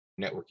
networking